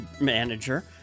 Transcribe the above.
manager